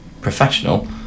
professional